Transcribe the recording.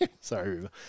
sorry